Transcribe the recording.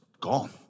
gone